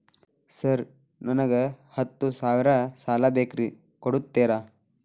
Sir ನನಗ ಹತ್ತು ಸಾವಿರ ಸಾಲ ಬೇಕ್ರಿ ಕೊಡುತ್ತೇರಾ?